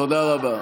תודה רבה.